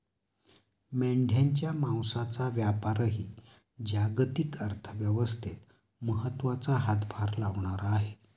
मेंढ्यांच्या मांसाचा व्यापारही जागतिक अर्थव्यवस्थेत महत्त्वाचा हातभार लावणारा आहे